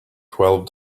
twelve